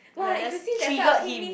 where let's triggered him